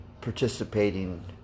participating